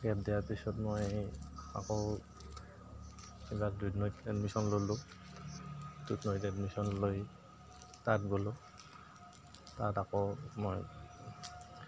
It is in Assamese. গেপ দিয়াৰ পিছত মই আকৌ কিবা দুধনৈত এডমিশ্যন ল'লোঁ দুধনৈত এডমিশ্যন লৈ তাত গ'লোঁ তাত আকৌ মই